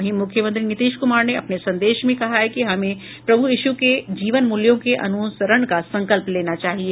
वहीं मूख्यमंत्री नीतीश कुमार ने अपने संदेश में कहा कि हमें प्रभू यीशु के जीवन मूल्यों के अनुसरण का संकल्प लेना चाहिए